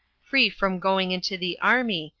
free from going into the army,